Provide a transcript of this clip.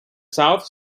south